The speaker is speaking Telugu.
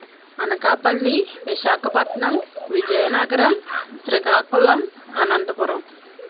అనకాపల్లి విశాఖపట్నం విజయనగరం శ్రీకాకుళం అనంతపురం